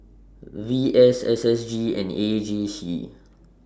V S S S G and A J C